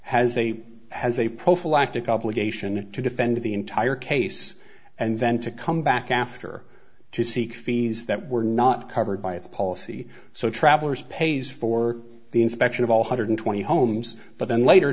has a has a prophylactic obligation to defend the entire case and then to come back after to seek fees that were not covered by its policy so travelers pays for the inspection of all hundred twenty homes but then later